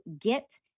get